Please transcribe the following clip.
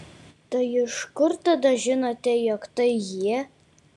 tai iš kur tada žinote jog tai jie